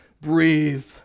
Breathe